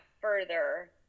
further